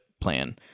plan